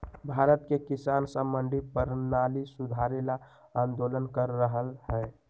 भारत के किसान स मंडी परणाली सुधारे ल आंदोलन कर रहल हए